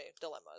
dilemmas